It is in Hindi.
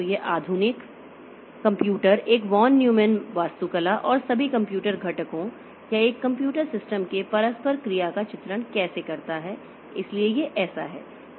तो यह आधुनिक कंप्यूटर एक वॉन न्यूमैन वास्तुकला और सभी कंप्यूटर घटकों या एक कंप्यूटर सिस्टम के परस्पर क्रिया का चित्रण कैसे करता है इसलिए यह ऐसा है